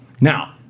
Now